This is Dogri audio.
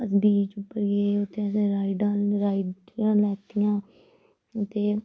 अस बीच उप्पर गे उत्थे असें राइडां राइड लैतियां ते